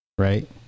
right